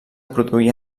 produir